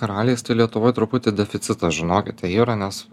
karaliais tai lietuvoj truputį deficitas žinokite yra nes